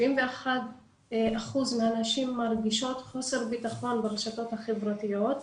71% מהנשים מרגישות חוסר ביטחון ברשתות החברתיות,